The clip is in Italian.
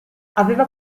aveva